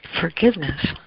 Forgiveness